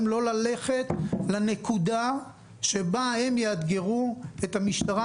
לא ללכת לנקודה שבה הם יאתגרו את המשטרה,